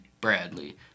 Bradley